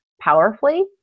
powerfully